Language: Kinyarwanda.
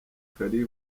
kari